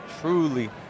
truly